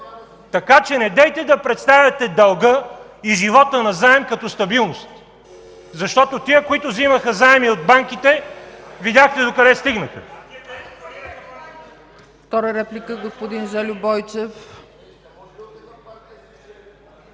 така че недейте да представяте дълга и живота назаем като стабилност. Защото тези, които взимаха заеми от банките, се видя докъде стигнаха.